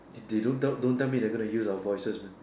they don't don't tell me they going to use our voices man